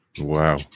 Wow